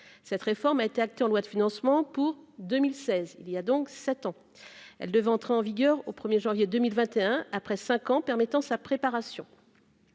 cette réforme a été actée en loi de financement pour 2016 il y a donc sept ans elle devait entrer en vigueur au 1er janvier 2021 après 5 ans permettant sa préparation,